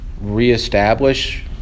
reestablish